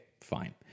fine